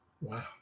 Wow